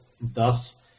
thus